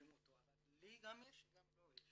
מכירים אותו, אבל לי גם יש וגם לו יש.